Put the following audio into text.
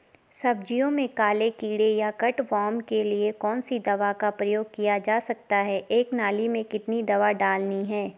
सब्जियों में काले कीड़े या कट वार्म के लिए कौन सी दवा का प्रयोग किया जा सकता है एक नाली में कितनी दवा डालनी है?